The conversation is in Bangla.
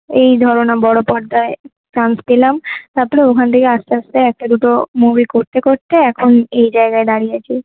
এই ধরো না বড় পর্দায় চান্স পেলাম তারপরে ওখান থেকে আস্তে আস্তে একটা দুটো মুভি করতে করতে এখন এই জায়গায় দাঁড়িয়ে আছি